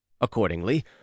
Accordingly